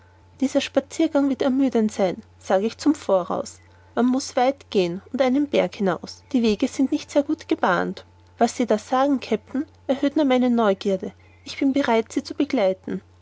dieser spaziergang wird ermüdend sein sag ich zum voraus man muß weit gehen und einen berg hinaus die wege sind nicht sehr gut gebahnt was sie da sagen kapitän erhöht nur meine neugierde ich bin bereit sie zu begleiten